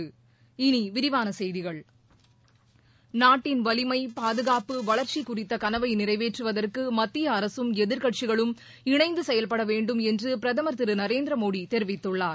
இனி விரிவான செய்திகள் நாட்டின் வலிமை பாதுகாப்பு வளர்ச்சி குறித்த கனவை நிறைவேற்றுவதற்கு மத்திய அரசும் எதிர்கட்சிகளும் இணைந்து செயல்பட வேண்டும் என்று பிரதமர் திரு நரேந்திர மோடி தெரிவித்துள்ளார்